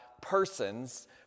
persons